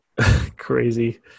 crazy